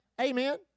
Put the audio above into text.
Amen